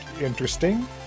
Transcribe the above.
Interesting